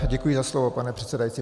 Děkuji za slovo, pane předsedající.